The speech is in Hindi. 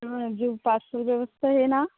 हाँ जो पार्सल व्यवस्था है ना